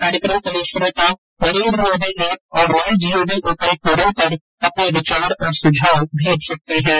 इस कार्यक्रम के लिए श्रोता नरेन्द्र मोदी ऐप और माई जीओवी ओपन फोरम पर अपने विचार और सुझाव भेज सकते हैं